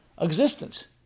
existence